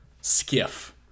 skiff